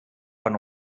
von